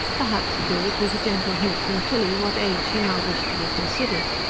perhaps, too, it was a gentle hint from tilly what age she now wished to be considered.